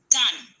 done